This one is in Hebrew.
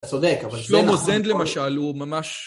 אתה צודק אבל... שלומו זנד למשל הוא ממש...